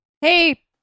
Hey